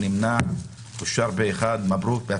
הצבעה